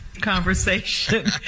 conversation